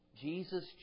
Jesus